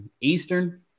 Eastern